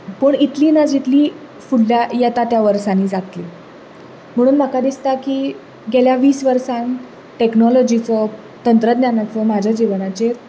पूण इतली ना जितली फुडल्या येता त्या वर्सांनी जातली म्हणून म्हाका दिसता की गेल्या वीस वर्सान टॅक्नोलोजीचो तंत्रज्ञानाचो म्हाज्या जिवनाचेर